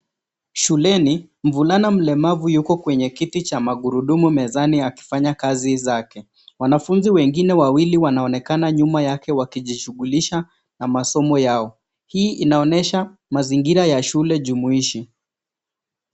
Shuleni, mvulana mlemavu yuko kwenye kiti cha magurudumu mezani akifanya kazi zake. Wanafunzi wengine wawili wanaonekana nyuma yake wakijishughulisha na masomo yao. Hii inaonyesha mazingira ya shule jumuishi.